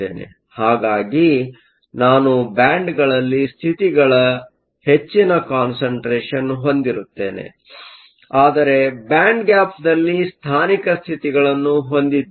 ಹಾಗಾಗಿ ನಾನು ಬ್ಯಾಂಡ್ಗಳಲ್ಲಿ ಸ್ಥಿತಿಗಳ ಹೆಚ್ಚಿನ ಕಾನ್ಸಂಟ್ರೇಷನ್ ಹೊಂದಿರುತ್ತೇನೆ ಆದರೆ ಬ್ಯಾಂಡ್ ಗ್ಯಾಪ್ದಲ್ಲಿ ಸ್ಥಾನಿಕ ಸ್ಥಿತಿಗಳನ್ನು ಹೊಂದಿದ್ದೇವೆ